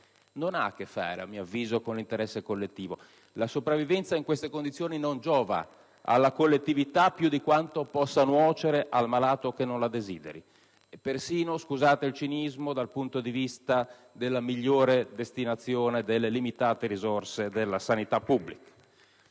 collettivo. *(Applausi del senatore Perduca)*. La sopravvivenza in queste condizioni non giova alla collettività più di quanto possa nuocere al malato che non la desideri e persino, scusate il cinismo, dal punto di vista della migliore destinazione delle limitate risorse della sanità pubblica.